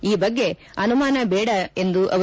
ಈ ಬಗ್ಗೆ ಅನುಮಾನ ಬೇಡ ಎಂದರು